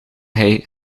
hij